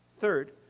Third